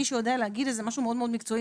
מי שיכול לדעת הוא מישהו מאוד מאוד מקצועי.